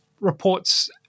reports